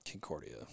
Concordia